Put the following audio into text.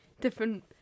different